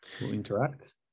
interact